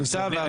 בבקשה.